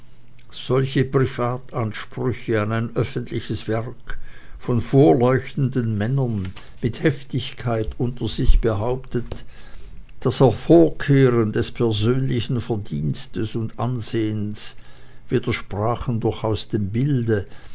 solche privatansprüche an ein öffentliches werk von vorleuchtenden männern mit heftigkeit unter sich behauptet das hervorkehren des persönlichen verdienstes und ansehens widersprachen durchaus dem bilde